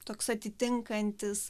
toks atitinkantis